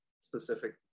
specific